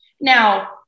Now